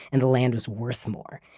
and the land was worth more.